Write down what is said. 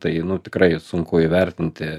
tai nu tikrai sunku įvertinti